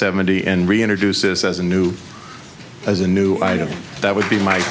seventy and reintroduce this as a new as a new item that would be my